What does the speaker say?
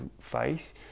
face